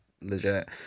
legit